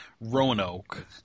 Roanoke